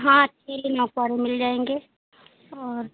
हाँ पीले नमक वाले मिल जाएंगे और